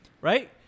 Right